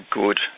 good